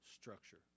structure